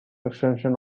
extension